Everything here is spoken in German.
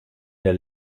der